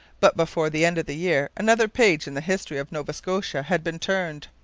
but before the end of the year another page in the history of nova scotia had been turned.